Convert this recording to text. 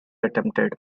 attempted